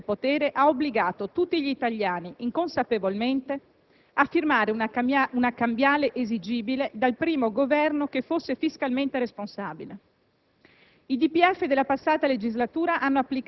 Il Governo Berlusconi, in quegli anni solidamente al potere, ha obbligato tutti gli italiani, inconsapevolmente, a firmare una cambiale esigibile dal primo Governo che fosse fiscalmente responsabile.